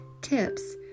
tips